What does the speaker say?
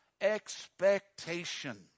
expectation